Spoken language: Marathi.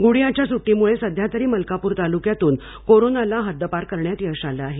गुडीयाच्या सुट्टीमुळे सध्या तरी मलकापूर तालुक्यातून कोरोनाला हद्दपार करण्यात यश आले आहे